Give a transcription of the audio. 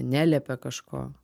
neliepia kažko